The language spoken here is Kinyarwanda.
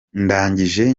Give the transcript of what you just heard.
ndangije